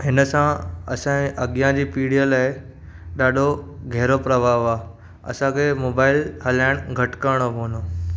हिन सां असांजी अॻियां जी पीढ़ीअ लाइ ॾाढो गहरो प्रभाव आहे असांखे मोबाइल हलाइणु घटि करिणो पवंदो